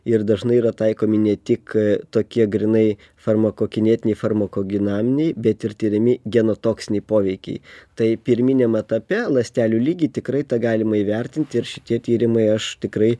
ir dažnai yra taikomi ne tik tokie grynai farmakokinetikai farmakodinamikai bet ir tiriami genotoksiniai poveikiai tai pirminiam etape ląstelių lygy tikrai tą galima įvertint ir šitie tyrimai aš tikrai